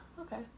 okay